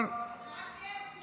של האויב, כן?